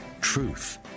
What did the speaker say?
truth